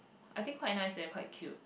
I think quite nice eh quite cute